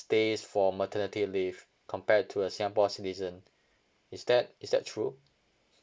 days for maternity leave compared to a singapore citizen is that is that true